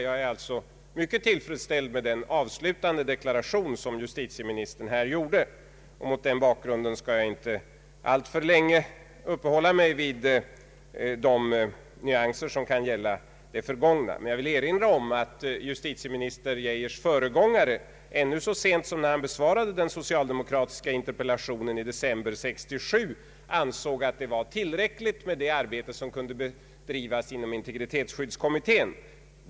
Jag är alltså mycket tillfredsställd med den avslutande deklaration som justitieministern gjorde, och mot den bakgrunden skall jag inte alltför länge uppehålla mig vid de nyanser som kan gälla det förgångna. Men jag vill erinra om att justitieminister Geijers företrädare så sent som när han besvarade den socialdemokratiska interpellationen i januari 1967 ansåg att det var tillräckligt med det arbete som kunde bedrivas inom integrationskommittén.